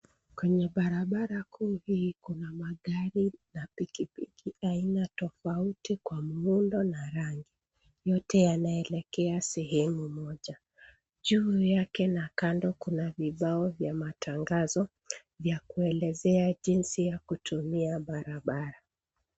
Kwenye barabara kuu hii gari na pikipiki aina tofauti kwa muundo na rangi, yote yanaelekea sehemu moja. Juu yake na kando kuna vibao vya matangazo vya kuelezea jinsi ya kutumia barabara.